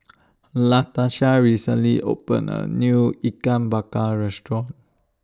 Latarsha recently opened A New Ikan Bakar Restaurant